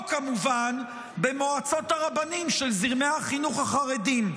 או כמובן במועצות הרבנים של זרמי החינוך החרדיים.